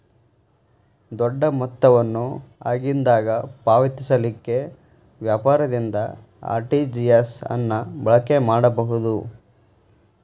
ದೊಡ್ಡ ಮೊತ್ತವನ್ನು ಆಗಿಂದಾಗ ಪಾವತಿಸಲಿಕ್ಕೆ ವ್ಯಾಪಾರದಿಂದ ಆರ್.ಟಿ.ಜಿ.ಎಸ್ ಅನ್ನ ಬಳಕೆ ಮಾಡಬಹುದು